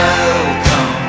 Welcome